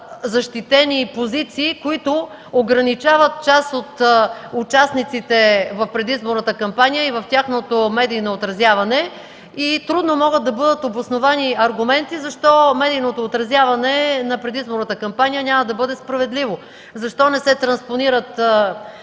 защитени позиции, които ограничават част от участниците в предизборната кампания и в тяхното медийно отразяване. Трудно могат да бъдат обосновани аргументи защо медийното отразяване на предизборната кампания няма да бъде справедливо, защо не се транспонират